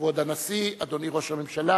כבוד הנשיא, אדוני ראש הממשלה,